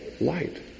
light